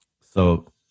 So-